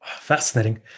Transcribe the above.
Fascinating